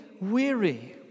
weary